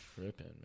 tripping